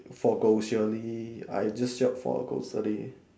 for grocery I just shop for grocery